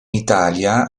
italia